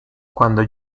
cuando